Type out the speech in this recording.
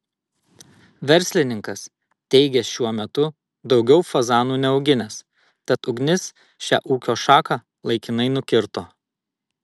verslininkas teigė šiuo metu daugiau fazanų neauginęs tad ugnis šią ūkio šaką laikinai nukirto